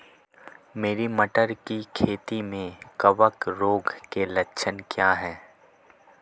मेरी मटर की खेती में कवक रोग के लक्षण क्या हैं?